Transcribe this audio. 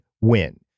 win